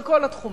בכל התחומים.